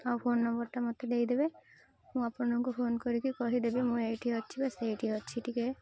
ଆଉ ଫୋନ୍ ନମ୍ବରଟା ମୋତେ ଦେଇଦେବେ ମୁଁ ଆପଣଙ୍କୁ ଫୋନ୍ କରିକି କହିଦେବି ମୁଁ ଏଇଠି ଅଛି ବା ସେଇଠି ଅଛି ଟିକେ